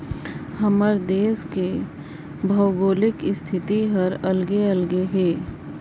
हमर देस के भउगोलिक इस्थिति हर अलगे अलगे अहे